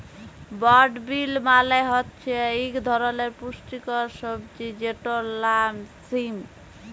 বরড বিল মালে হছে ইক ধরলের পুস্টিকর সবজি যেটর লাম সিম